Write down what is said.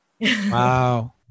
Wow